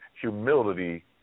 humility